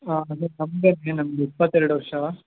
ಹಾಂ ನನಗೆ ಇಪ್ಪತ್ತೆರಡು ವರ್ಷ